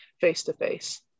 face-to-face